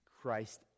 Christ